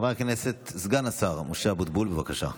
חבר הכנסת סגן השר משה אבוטבול, בבקשה.